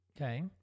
Okay